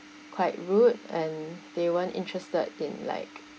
quite rude and they weren't interested in like